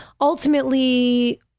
ultimately